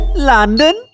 london